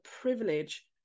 privilege